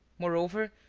moreover,